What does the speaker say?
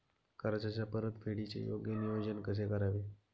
कर्जाच्या परतफेडीचे योग्य नियोजन कसे करावे?